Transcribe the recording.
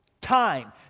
time